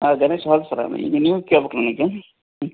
ಹಾಂ ಗಣೇಶ್ ಹೌದು ಸರ್ ಈಗ್ ನೀವು ಕೇಳ್ಬೇಕು ನಮಗೆ